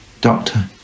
Doctor